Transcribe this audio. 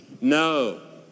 No